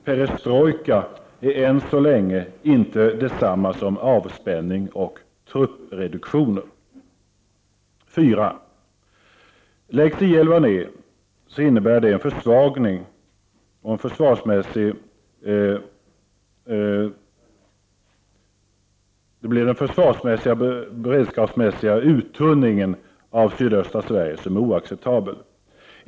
Perestrojka är än så länge inte detsamma som avspänning eller truppreduktioner. För det fjärde blir det en oacceptabel försvarsmässig och beredskapsmässig uttunning i sydöstra Sverige om I 11 läggs ned.